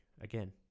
Again